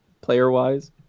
player-wise